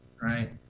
Right